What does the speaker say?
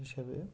হিসাবে